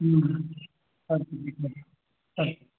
अस्तु अस्तु